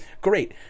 Great